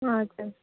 हजुर